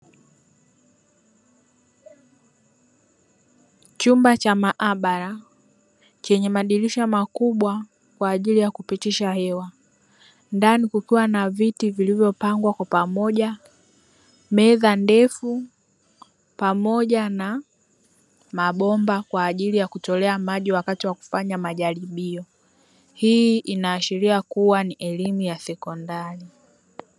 Chumba cha maabara chenye madirisha makubwa kwa ajili ya kupitisha hewa. Ndani kukiwa na viti vilivyopangwa kwa pamoja. Meza ndefu pamoja na mabomba kwa ajili ya kutolea maji wakati wa kufanya majaribio. Hii inaashiria kuwa ni elimu ya sekondari.